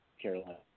Carolina